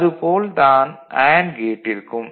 அது போல் தான் அண்டு கேட்டிற்கும்